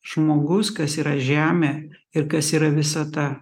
žmogus kas yra žemė ir kas yra visata